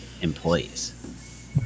employees